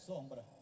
Sombra